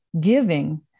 giving